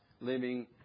living